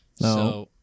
No